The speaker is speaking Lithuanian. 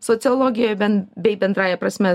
sociologija bei bendrąja prasme